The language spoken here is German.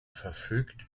verfügt